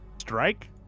Strike